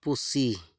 ᱯᱩᱥᱤ